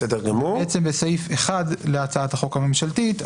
בסעיף 1 להצעת החוק הממשלתית,